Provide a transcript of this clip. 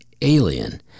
alien